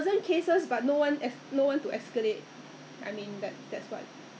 that's true you know so many places I I I kind of put up a request or something ah it took